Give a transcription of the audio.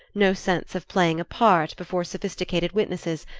no sense of playing a part before sophisticated witnesses,